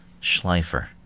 Schleifer